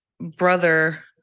brother